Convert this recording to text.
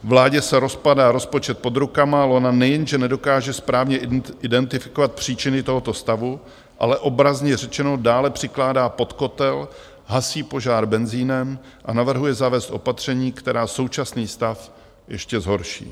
Vládě se rozpadá rozpočet pod rukama, ona nejenže nedokáže správně identifikovat příčiny tohoto stavu, ale obrazně řečeno dále přikládá pod kotel, hasí požár benzínem a navrhuje zavést opatření, která současný stav ještě zhorší.